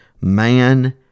man